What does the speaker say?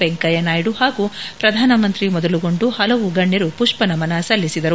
ವೆಂಕಯ್ಯನಾಯ್ಡು ಹಾಗೂ ಪ್ರಧಾನಮಂತ್ರಿ ಮೊದಲುಗೊಂದು ಹಲವು ಗಣ್ಯರು ಪುಷ್ಪನಮನ ಸಲ್ಲಿಸಿದರು